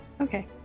okay